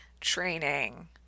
training